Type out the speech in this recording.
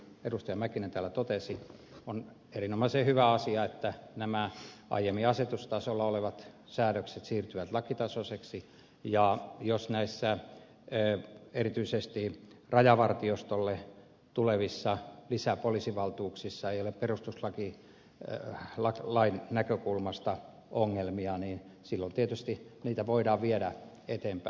mäkinen täällä totesi on erinomaisen hyvä asia että nämä aiemmin asetustasolla olleet säädökset siirtyvät lakitasoisiksi ja jos näissä erityisesti rajavartiostolle tulevissa lisäpoliisivaltuuksissa ei ole perustuslain näkökulmasta ongelmia niin silloin tietysti niitä voidaan viedä eteenpäin